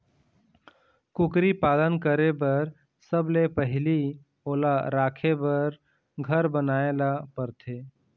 कुकरी पालन करे बर सबले पहिली ओला राखे बर घर बनाए ल परथे